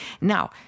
Now